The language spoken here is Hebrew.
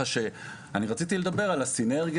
אני רציתי לדבר על השילוב